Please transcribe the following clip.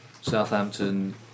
Southampton